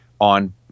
on